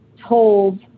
told